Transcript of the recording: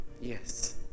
Yes